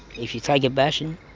if you take a bashing,